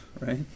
right